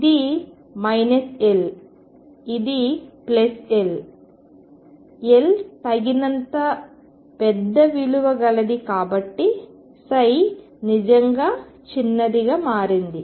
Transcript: ఇది L ఇది L L తగినంత పెద్ద విలువ గలది కాబట్టి నిజంగా చిన్నదిగా మారింది